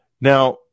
Now